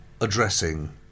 addressing